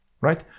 right